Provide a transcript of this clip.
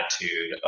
attitude